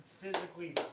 physically